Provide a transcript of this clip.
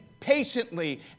patiently